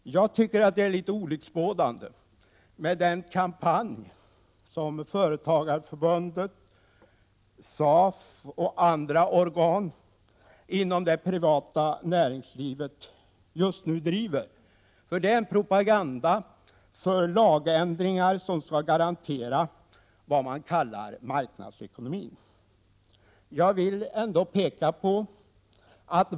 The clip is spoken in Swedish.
Den kampanj som Företagarförbundet, SAF och andra organ inom det privata näringslivet just nu driver, tycker jag är litet olycksbådande. De propagerar för lagändringar som skall garantera vad man kallar marknadsekonomin.